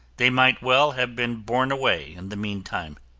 they might well have been borne away in the meantime.